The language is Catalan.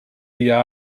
dia